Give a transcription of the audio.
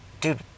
dude